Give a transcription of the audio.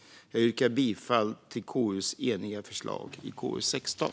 Jag yrkar bifall till KU:s eniga förslag i KU16.